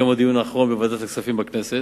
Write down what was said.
מיום הדיון האחרון בוועדת הכספים בכנסת.